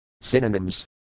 Synonyms